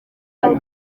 ati